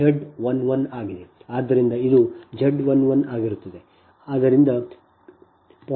ಆದ್ದರಿಂದ ಇದು Z 11 ಆಗಿರುತ್ತದೆ